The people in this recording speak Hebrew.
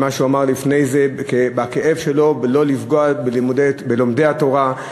מה שהוא אמר לפני זה בכאב שלו: לא לפגוע בלומדי התורה.